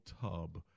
tub